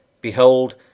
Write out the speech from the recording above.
Behold